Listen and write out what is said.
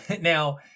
Now